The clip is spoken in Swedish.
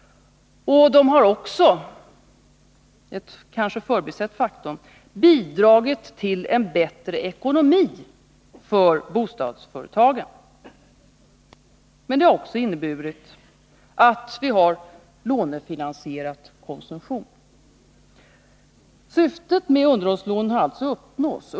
De har också — kanske ett förbisett faktum — bidragit till en bättre ekonomi för bostadsföretagen. Men det har också inneburit att vi har lånefinansierat konsumtion. Syftet med underhållslånen har alltså uppnåtts.